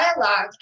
dialogue